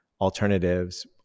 alternatives